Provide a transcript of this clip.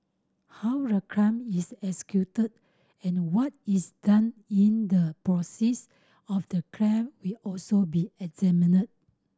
how the crime is executed and what is done in the proceeds of the crime will also be examined